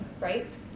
right